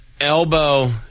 elbow